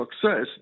success